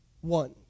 one